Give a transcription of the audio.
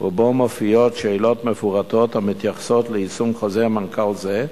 ובו מופיעות שאלות מפורטות המתייחסות ליישום חוזר מנכ"ל זה,